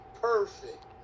perfect